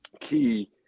key